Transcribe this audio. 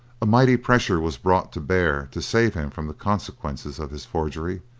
a mighty pressure was brought to bear to save him from the consequences of his forgery,